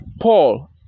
paul